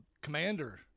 Commander